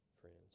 friends